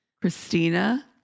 Christina